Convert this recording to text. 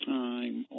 time